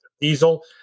diesel